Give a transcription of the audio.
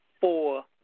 four